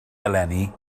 eleni